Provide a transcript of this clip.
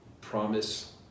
promise